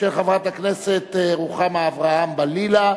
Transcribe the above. של חברת הכנסת רוחמה אברהם-בלילא,